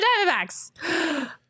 Diamondbacks